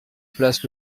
place